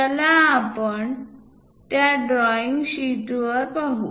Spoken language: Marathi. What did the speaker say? चला आपण त्या ड्रॉईंग शीटवर पाहू